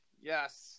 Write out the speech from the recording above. Yes